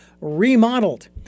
remodeled